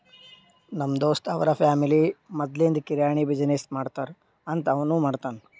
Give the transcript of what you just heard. ನಮ್ ದೋಸ್ತ್ ಅವ್ರ ಫ್ಯಾಮಿಲಿ ಮದ್ಲಿಂದ್ ಕಿರಾಣಿ ಬಿಸಿನ್ನೆಸ್ ಮಾಡ್ತಾರ್ ಅಂತ್ ಅವನೂ ಮಾಡ್ತಾನ್